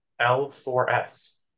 L4S